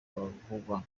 bavugwa